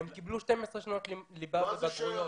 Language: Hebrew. הם קיבלו 12 שנות ליבה ובגרויות.